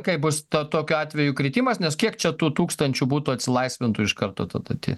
kaip bus ta tokiu atveju kritimas nes kiek čia tų tūkstančių butų atsilaisvintų iš karto tada tie